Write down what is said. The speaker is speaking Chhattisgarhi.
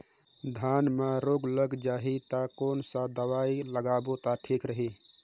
धान म रोग लग जाही ता कोन सा दवाई लगाबो ता ठीक रही?